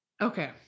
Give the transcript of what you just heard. okay